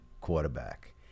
quarterback